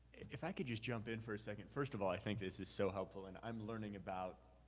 if i can just jump in for a second. first of all, i think this is so helpful, and i'm learning about,